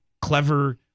clever